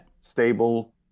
stable